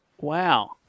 Wow